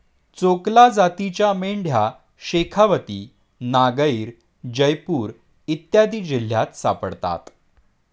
चोकला जातीच्या मेंढ्या शेखावती, नागैर, जयपूर इत्यादी जिल्ह्यांत सापडतात